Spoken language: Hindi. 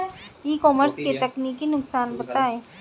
ई कॉमर्स के तकनीकी नुकसान बताएं?